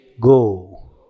Go